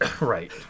Right